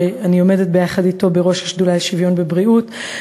שאני עומדת ביחד אתו בראש השדולה לשוויון בבריאות,